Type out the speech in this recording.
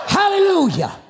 Hallelujah